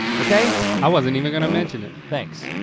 okay? i wasn't even gonna mention it. thanks.